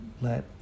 let